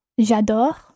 J'adore